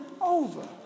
over